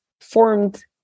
formed